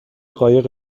قایق